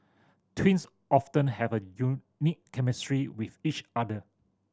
twins often have a unique chemistry with each other